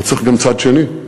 אבל צריך גם צד שני: